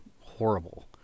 horrible